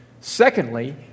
Secondly